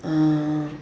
hmm